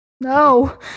No